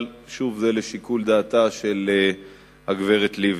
אבל שוב, זה לשיקול דעתה של הגברת לבני.